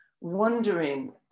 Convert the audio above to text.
wondering